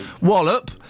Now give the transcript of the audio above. wallop